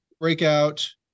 breakout